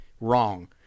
wrong